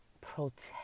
protect